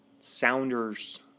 Sounders